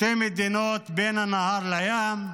זו לצד זו, שתי מדינות בין הנהר לים.